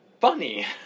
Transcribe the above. funny